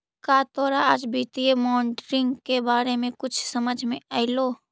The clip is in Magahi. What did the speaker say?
का तोरा आज वित्तीय मॉडलिंग के बारे में कुछ समझ मे अयलो?